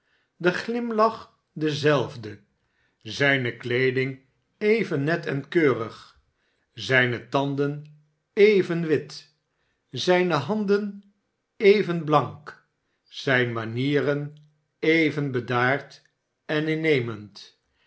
de glimlach dezelfde zijne kleeding even net en keurig zijne tanden even wit zijne handen even blank zijne manieren even bedaard en innemend